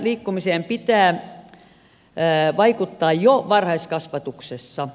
riittävään liikkumiseen pitää vaikuttaa jo varhaiskasvatuksessa